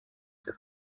der